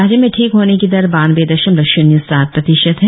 राज्य में ठिक होने की दर बानबे दशमलव शून्य सात प्रतिशत है